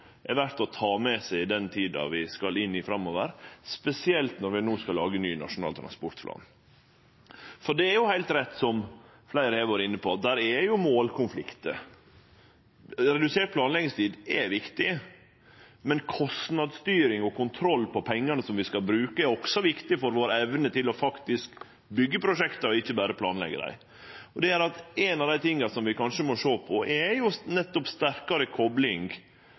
er verdt å ta med seg i den tida vi skal inn i – spesielt når vi no skal lage ny nasjonal transportplan. Det er heilt rett, som fleire har vore inne på, at det er målkonfliktar. Redusert planleggingstid er viktig, men kostnadsstyring og kontroll på pengane vi skal bruke, er også viktig for vår evne til faktisk å byggje prosjekt og ikkje berre planleggje dei. Det gjer at noko av det vi kanskje må sjå på, er nettopp sterkare